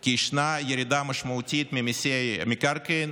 כי ישנה ירידה משמעותית ממיסי מקרקעין